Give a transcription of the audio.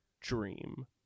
dream